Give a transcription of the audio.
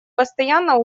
постоянно